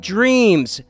Dreams